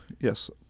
Yes